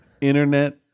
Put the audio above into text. internet